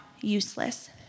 useless